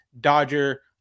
Dodger